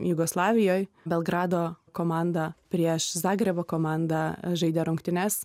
jugoslavijoj belgrado komanda prieš zagrebo komandą žaidė rungtynes